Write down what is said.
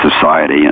society